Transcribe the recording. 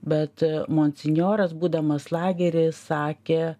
bet monsinjoras būdamas lagery sakė